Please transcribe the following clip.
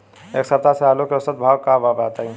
एक सप्ताह से आलू के औसत भाव का बा बताई?